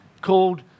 called